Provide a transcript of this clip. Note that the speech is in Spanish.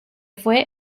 fue